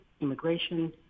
immigration